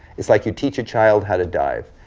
it's like you teach a child how to dive.